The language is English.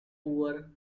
poor